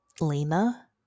Lena